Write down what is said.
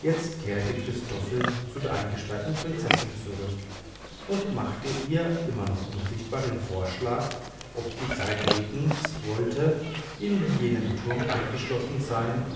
jetzt kehrte christoffel zu der eingesperrten prinzessin zurück und machte ihr immer noch unsichtbar den vorschlag ob sie zeitlebens wollte in jenem turme eingeschlossen sein